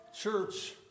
church